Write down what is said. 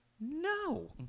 No